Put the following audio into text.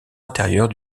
intérieure